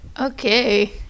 Okay